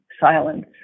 silence